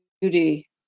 beauty